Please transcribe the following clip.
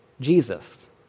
Jesus